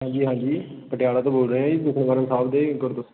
ਹਾਂਜੀ ਹਾਂਜੀ ਪਟਿਆਲਾ ਤੋਂ ਬੋਲ ਰਿਹਾ ਜੀ ਦੁੱਖਨਿਵਾਰਨ ਸਾਹਿਬ ਦੇ ਗੁਰ